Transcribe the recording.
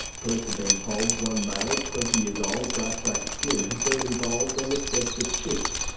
police had been told one male, twenty years old, dark black skin, had been involved in the theft of chips,